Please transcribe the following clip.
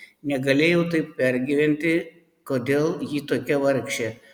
negalėjau taip pergyventi kodėl ji tokia vargšė